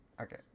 okay